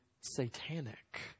satanic